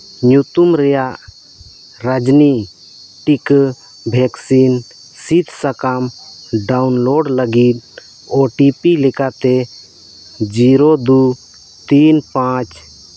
ᱧᱩᱛᱩᱢ ᱨᱮᱭᱟᱜ ᱨᱟᱡᱱᱤ ᱴᱤᱠᱟᱹ ᱵᱷᱮᱠᱥᱤᱱ ᱥᱤᱫ ᱥᱟᱠᱟᱢ ᱰᱟᱣᱩᱱᱞᱳᱰ ᱞᱟᱹᱜᱤᱫ ᱳ ᱴᱤ ᱯᱤ ᱞᱮᱠᱟᱛᱮ ᱡᱤᱨᱳ ᱫᱩ ᱛᱤᱱ ᱯᱟᱸᱪ